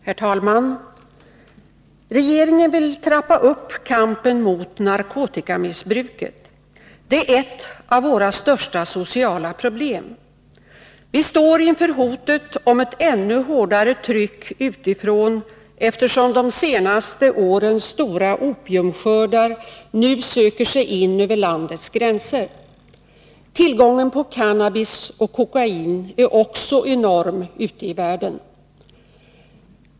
Herr talman! Regeringen vill trappa upp kampen mot narkotikamissbruket. Det är ett av våra största sociala problem. Vi står inför hotet om ett ännu hårdare tryck utifrån, eftersom de senaste årens stora opiumskördar nu söker sigin över landets gränser. Tillgången på cannabis och kokain är också enorm ute i världen.